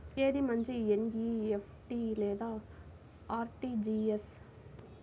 ఏది మంచి ఎన్.ఈ.ఎఫ్.టీ లేదా అర్.టీ.జీ.ఎస్?